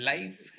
Life